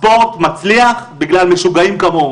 הספורט מצליח בגלל משוגעים כמוהו.